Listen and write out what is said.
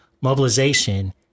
mobilization